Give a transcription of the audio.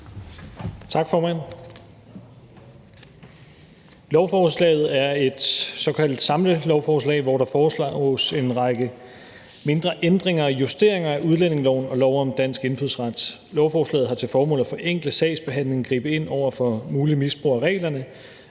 Tak, formand. Lovforslaget er et såkaldt samlelovforslag, hvor der foreslås en række mindre ændringer og justeringer af udlændingeloven og lov om dansk indfødsret. Lovforslaget har til formål at forenkle sagsbehandlingen, gribe ind over for muligt misbrug af reglerne